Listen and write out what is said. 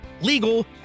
legal